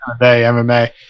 MMA